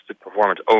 performance